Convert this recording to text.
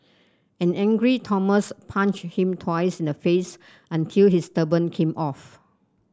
an angry Thomas punched him twice in the face until his turban came off